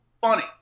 funny